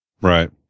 Right